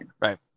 right